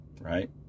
Right